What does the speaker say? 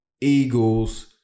Eagles